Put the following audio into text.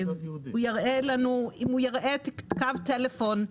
אם הוא יראה קו טלפון,